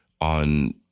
on